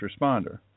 responder